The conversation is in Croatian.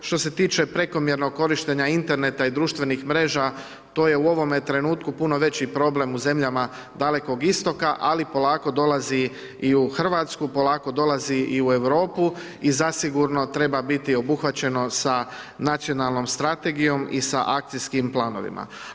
Što se tiče prekomjernog korištenja interneta i društvenih mreža to je u ovome trenutku puno veći problem u zemljama Dalekog Istoka ali polako dolazi i u Hrvatsku, polako dolazi i u Europu i zasigurno treba biti obuhvaćeno sa nacionalnom strategijom i sa akcijskim planovima.